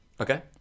okay